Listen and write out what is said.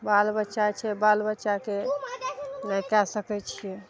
बाल बच्चा छै बाल बच्चाके नहि कए सकय छियै